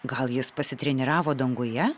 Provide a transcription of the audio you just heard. gal jis pasitreniravo danguje